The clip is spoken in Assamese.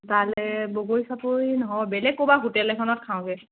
তালৈ বগৰী চাপৰি নহয় বেলেগ ক'ৰবাৰ হোটেল এখনতে খাওঁগৈ